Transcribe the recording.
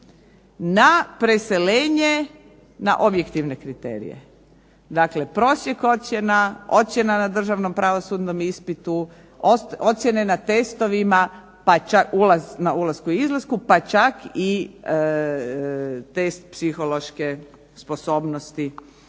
na preseljenje na objektivne kriterije. Dakle, prosjek ocjena, ocjena na državnom pravosudnom ispitu, ocjene na testovima, na ulasku i izlasku, pa čak i test psihološke sposobnosti